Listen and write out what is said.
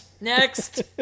Next